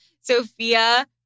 Sophia